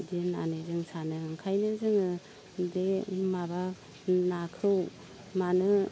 बिदि होननानै जों सानो ओंखायनो जोङो बे माबा नाखौ मानो